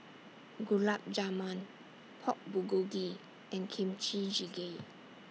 Gulab Jamun Pork Bulgogi and Kimchi Jjigae